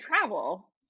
travel